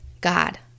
God